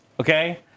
Okay